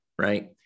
right